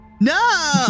No